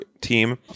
team